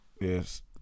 yes